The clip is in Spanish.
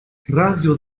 radio